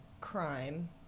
crime